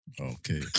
Okay